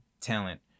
talent